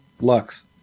Lux